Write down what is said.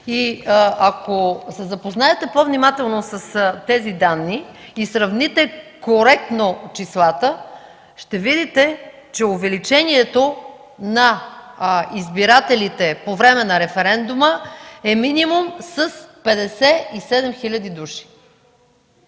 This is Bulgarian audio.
ако се запознаете по-внимателно с тези данни и сравните коректно числата, ще видите, че увеличението на избирателите по време на референдума е минимум с 57 хиляди души.